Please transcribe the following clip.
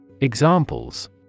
Examples